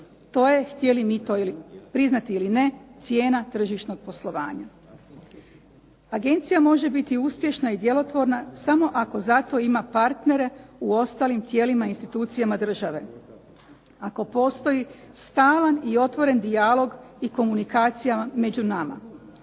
to je htjeli mi to priznati ili ne, cijena tržišnog poslovanja. Agencija može biti uspješna i djelotvorna samo ako zato ima partnere u ostalim tijelima institucijama države, ako postoji stalan i otvoren dijalog i komunikacija među nama.